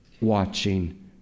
watching